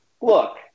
look